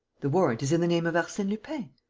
the warrant is in the name of arsene lupin.